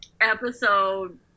Episode